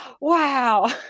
wow